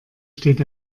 steht